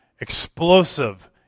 explosive